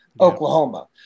Oklahoma